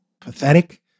pathetic